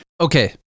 Okay